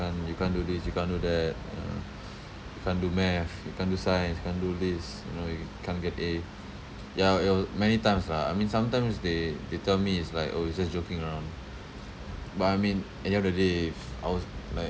you can't do this you can't do that yeah you can't do math you can't do science can't do this you know you can't get a ya it wa~ many times lah I mean sometimes they they tell me is like orh it's just joking around but I mean at the end of the day if I was like